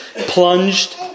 plunged